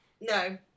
No